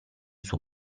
suo